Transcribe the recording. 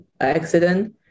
accident